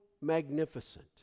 magnificent